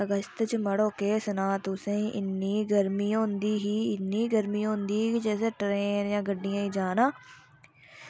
अगस्त च मड़ो केह् सनांऽ तुसें ई ते इन्नी गर्मी होंदी ही ते इन्नी गर्मी होंदी ही जेह्ड़े गड्डियें च जाना